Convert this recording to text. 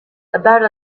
about